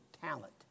talent